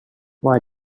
why